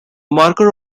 marker